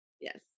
Yes